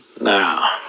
now